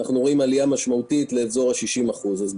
ואנחנו רואים עלייה משמעותית לכ-60% מהאנשים.